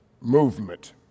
movement